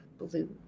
blue